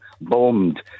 bombed